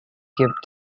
give